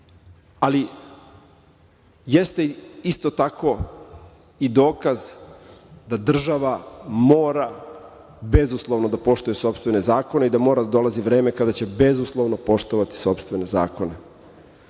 ali jeste isto tako i dokaz da država mora bezuslovno da poštuje sopstvene zakone i da mora da dolazi vreme kada će bezuslovno poštovati sopstvene zakone. Nije